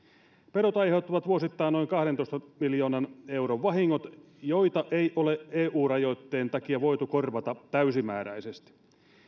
pedot aiheuttavat vuosittain noin kahdentoista miljoonan euron vahingot joita ei ole eu rajoitteen takia voitu korvata täysimääräisesti